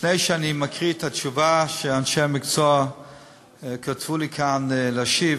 לפני שאני מקריא את התשובה שאנשי המקצוע כתבו לי כאן להשיב,